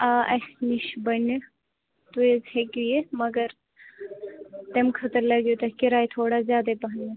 آ اَسہِ نِش بَنہِ تُہۍ ہٮ۪کِو یِتھ مگر امہِ خٲطر لَگیو تۄہہِ کرایہِ تھوڑا زیادَے پہمتھ